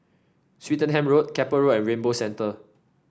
Swettenham Road Keppel Road and Rainbow Centre